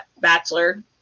bachelor